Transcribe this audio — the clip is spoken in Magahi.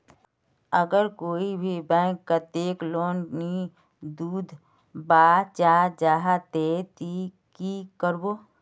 अगर कोई भी बैंक कतेक लोन नी दूध बा चाँ जाहा ते ती की करबो?